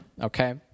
Okay